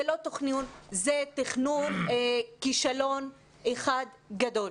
זה לא תכנון, זה תכנון כישלון אחד גדול.